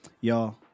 Y'all